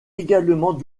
également